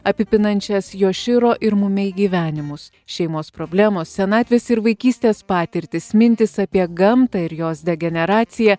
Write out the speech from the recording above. apipinančias jošyro ir mumei gyvenimus šeimos problemos senatvės ir vaikystės patirtys mintys apie gamtą ir jos degeneraciją